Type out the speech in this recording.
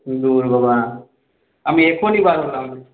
ধুর বাবা আমি এক্ষুনি বার হলাম